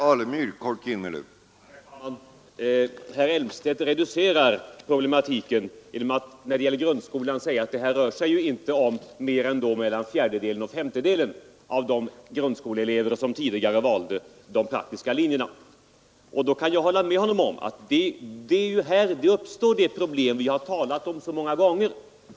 Herr talman! När det gäller grundskolan reducerar herr Elmstedt problematiken genom att säga att det inte rör sig om mer än en fjärdedel eller en femtedel av de grundskoleelever som tidigare valde de praktiska linjerna. Jag kan hålla med om att det är där de problem uppstår som vi har talat om så många gånger.